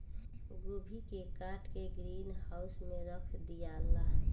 गोभी के काट के ग्रीन हाउस में रख दियाला